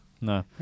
No